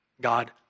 God